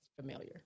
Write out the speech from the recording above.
familiar